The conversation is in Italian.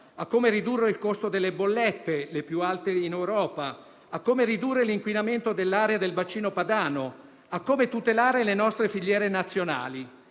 a come ridurre il costo delle bollette, le più alte in Europa; a come ridurre l'inquinamento dell'area del bacino padano; a come tutelare le nostre filiere nazionali.